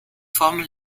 formel